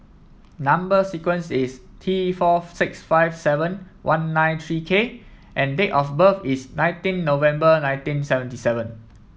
number sequence is T four six five seven one nine three K and date of birth is nineteen November nineteen seventy seven